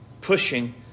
pushing